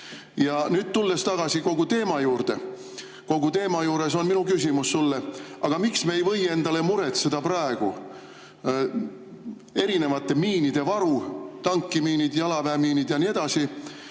Nüüd, tulles tagasi teema juurde, on minu küsimus sulle: aga miks me ei või endale muretseda praegu erinevate miinide varu – tankimiinid, jalaväemiinid ja nii edasi